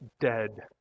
dead